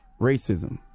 racism